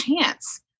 chance